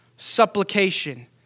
supplication